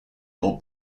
are